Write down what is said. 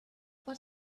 but